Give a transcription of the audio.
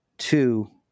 Two